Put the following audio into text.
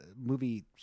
movie